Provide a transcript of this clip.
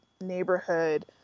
neighborhood